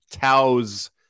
Taos